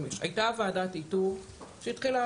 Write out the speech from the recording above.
הייתה ועדת איתור שהתחילה,